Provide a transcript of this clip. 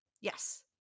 Yes